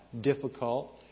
difficult